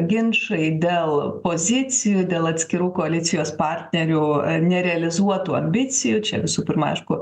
ginčai dėl pozicijų dėl atskirų koalicijos partnerių nerealizuotų ambicijų čia visų pirma aišku